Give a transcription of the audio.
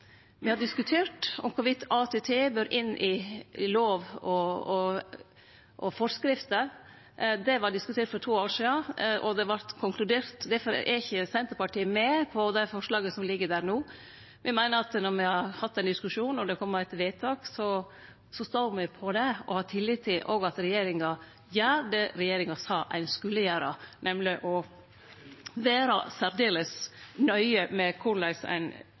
Me har diskutert om ATT bør inn i lov og forskrifter. Det vart diskutert for to år sidan, og det vart konkludert – difor er ikkje Senterpartiet med på dei forslaga som ligg føre no. Me meiner at når me har hatt ein diskusjon og det kom eit vedtak, står me på det og har tillit til at regjeringa gjer det ein sa ein skulle gjere, nemleg å vere særdeles nøye med korleis ein